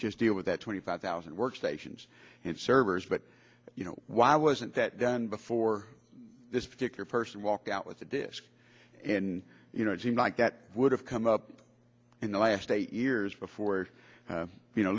just deal with that twenty five thousand workstations and servers but you know why wasn't that done before this particular person walked out with this and you know it seems like that would have come up in the last eight years before